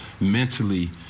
mentally